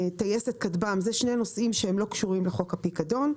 טייסת כטב"מ אלה שני נושאים שלא קשורים לחוק הפיקדון,